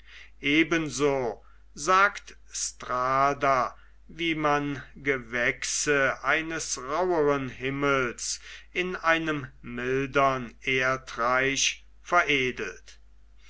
so sagt strada wie man gewächse eines rauhern himmels in einem mildern erdreich veredelt